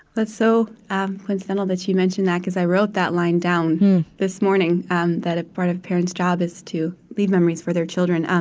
that's so um coincidental that you mention that, because i wrote that line down this morning, and that a part of a parent's job is to leave memories for their children. um